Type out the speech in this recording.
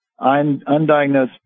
undiagnosed